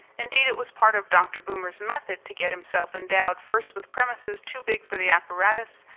indeed it was part of dr. boomer's method to get himself endowed first with premises too big for the apparatus,